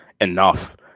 enough